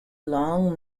long